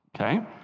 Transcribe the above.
okay